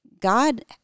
God